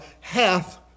hath